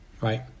right